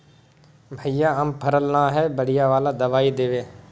भैया हम पढ़ल न है बढ़िया वाला दबाइ देबे?